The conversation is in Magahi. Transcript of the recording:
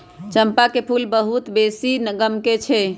चंपा के फूल बहुत बेशी गमकै छइ